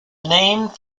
named